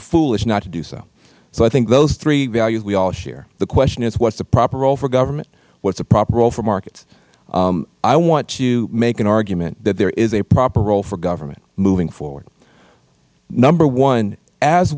foolish not to do so so i think those three values we all share the question is what is the proper role for government what is the proper role for markets i want to make an argument that there is a proper role for government moving forward number one as